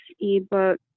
ebook